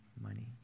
money